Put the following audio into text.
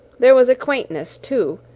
there was a quaintness, too,